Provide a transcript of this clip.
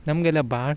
ನಮಗೆಲ್ಲ ಭಾಳ